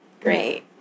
Great